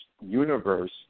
universe